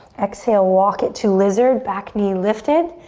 exhale, walk it to lizard, back knee lifted,